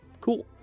Cool